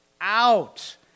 out